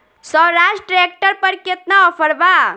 Swaraj tractor पर केतना offer बा?